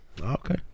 Okay